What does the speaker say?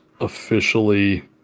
officially